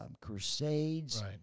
crusades